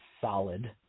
solid